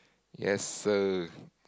yes sir